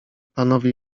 panowie